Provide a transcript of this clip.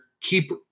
keep